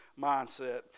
mindset